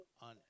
on